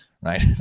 right